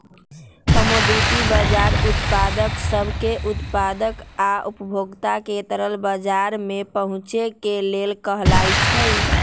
commodity बजार उत्पाद सब के उत्पादक आ उपभोक्ता के तरल बजार में पहुचे के लेल कहलाई छई